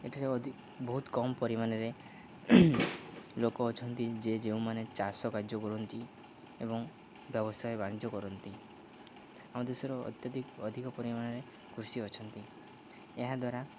ଏଠାରେ ଅଧିକ ବହୁତ କମ୍ ପରିମାନରେ ଲୋକ ଅଛନ୍ତି ଯେ ଯେଉଁମାନେ ଚାଷ କାର୍ଯ୍ୟ କରନ୍ତି ଏବଂ ବ୍ୟବସାୟ ବାଣିଜ୍ୟ କରନ୍ତି ଆମ ଦେଶର ଅତ୍ୟଧିକ ଅଧିକ ପରିମାଣରେ କୃଷି ଅଛନ୍ତି ଏହାଦ୍ୱାରା